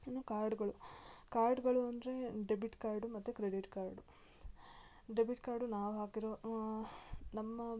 ಇನ್ನು ಕಾರ್ಡುಗಳು ಕಾರ್ಡುಗಳು ಅಂದ್ರೆ ಡೆಬಿಟ್ ಕಾರ್ಡು ಮತ್ತು ಕ್ರೆಡಿಟ್ ಕಾರ್ಡು ಡೆಬಿಟ್ ಕಾರ್ಡು ನಾವು ಹಾಕಿರೊ ನಮ್ಮ